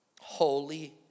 holy